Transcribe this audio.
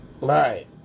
Right